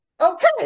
Okay